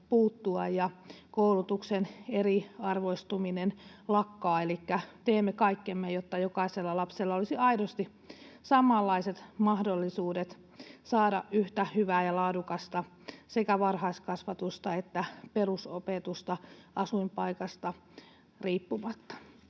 puuttua ja koulutuksen eriarvoistuminen lakkaa. Elikkä teemme kaikkemme, jotta jokaisella lapsella olisi aidosti samanlaiset mahdollisuudet saada yhtä hyvää ja laadukasta sekä varhaiskasvatusta että perusopetusta asuinpaikasta riippumatta.